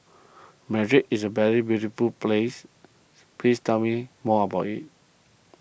Madrid is a very beautiful place please tell me more about it